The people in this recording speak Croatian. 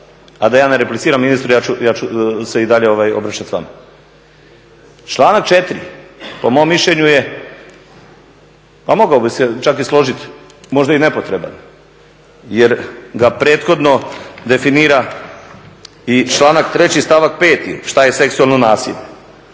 a da ja ne repliciram ministru ja ću se i dalje obraćati vama. Članak 4. po mom mišljenju je, pa mogao bih se čak i složiti, možda i nepotreban jer ga prethodno definira i članak 3., stavak 5. šta je seksualno nasilje,